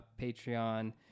Patreon